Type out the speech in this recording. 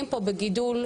אני מסכים איתך,